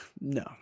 no